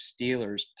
Steelers